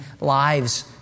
lives